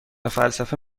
فلسفه